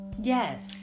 Yes